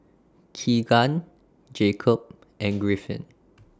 Keegan Jacob and Griffin